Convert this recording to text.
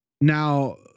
now